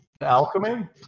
alchemy